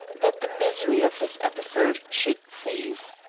that the misery of this episode should cease.